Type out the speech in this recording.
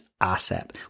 asset